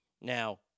Now